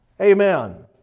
Amen